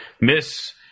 Miss